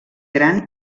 gran